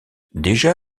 déjà